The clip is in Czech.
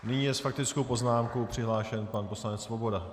Nyní je s faktickou poznámkou přihlášen pan poslanec Svoboda.